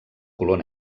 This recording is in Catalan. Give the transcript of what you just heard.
color